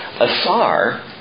Asar